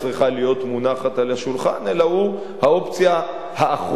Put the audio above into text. להיות מונחת על השולחן אלא הוא האופציה האחרונה,